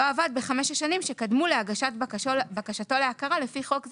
עבד בחמש השנים שקדמו להגשת בקשתו להכרה לפי חוק זה,